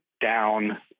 down